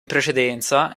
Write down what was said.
precedenza